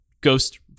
ghost